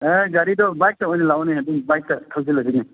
ꯑꯦ ꯒꯥꯔꯤꯗꯨ ꯕꯥꯏꯛꯇ ꯑꯣꯏꯅ ꯂꯥꯛꯎꯅꯦ ꯑꯗꯨꯝ ꯕꯥꯏꯛꯇ ꯊꯧꯖꯤꯜꯂꯁꯤꯅꯦ